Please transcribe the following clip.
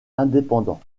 indépendant